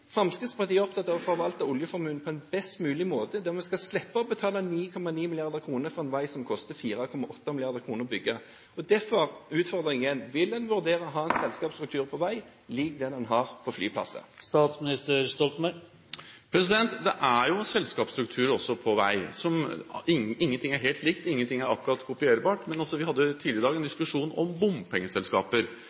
Fremskrittspartiet er opptatt av å forvalte oljeformuen på en best mulig måte der man skal slippe å betale 9,9 mrd. kr for en vei som det koster 4,8 mrd. kr å bygge. Derfor utfordrer jeg statsministeren igjen: Vil man vurdere å ha en selskapsstruktur for vei lik den man har for flyplasser? Det er jo selskapsstrukturer også for vei – ingenting er helt likt, ingenting er helt kopierbart. Vi hadde tidligere i dag en diskusjon om bompengeselskaper.